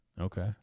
Okay